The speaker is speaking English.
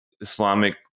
Islamic